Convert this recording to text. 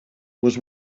was